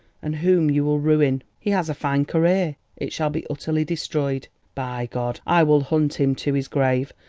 and whom you will ruin. he has a fine career it shall be utterly destroyed. by god! i will hunt him to his grave,